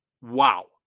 Wow